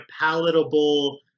palatable